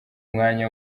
mwanya